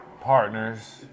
partners